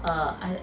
err I